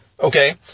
Okay